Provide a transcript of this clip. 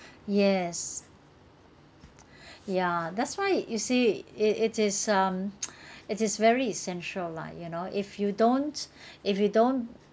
yes ya that's why you see it it is um it is very essential lah you know if you don't if you don't